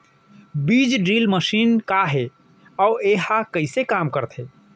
बीज drill machine का हे अऊ एहा कइसे काम करथे?